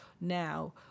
now